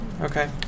Okay